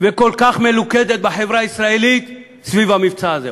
וכל כך מלוכדת בחברה הישראלית כמו סביב המבצע הזה.